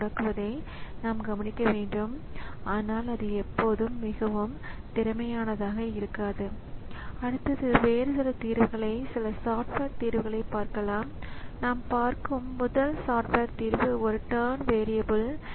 சில சேவைகள் கணினி ப்ரோக்ராம்களால் கெர்னலுக்கு வெளியே வழங்கப்படுகின்றன அவை துவக்க நேரத்தில் நினைவகத்தில் ஏற்றப்பட்டு கணினி செயல்முறைகளாக அல்லது கெர்னல் இயங்கும் முழு நேரத்தையும் இயக்கும் கணினி டீமன்களாக மாறும் எனவே கணினி ரிஸோர்ஸ்களை மாற்ற சில சேவைகள் அவைகளுக்கு தேவைப்படுகிறது